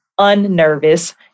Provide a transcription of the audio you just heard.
unnervous